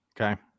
Okay